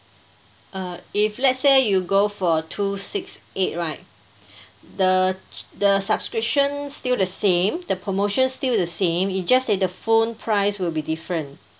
uh if let's say you go for two six eight right the ch~ the subscription still the same the promotion still the same it's just that the phone price will be different